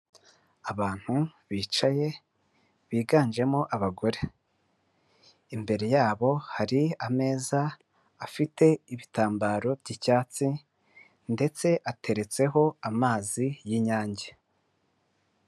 Abantu bicaye biganjemo abagore, imbere yabo hari ameza afite ibitambaro by'icyatsi ndetse ateretseho amazi y'Inyange.